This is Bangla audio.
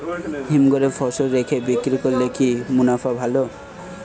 হিমঘরে ফসল রেখে বিক্রি করলে কি মুনাফা ভালো?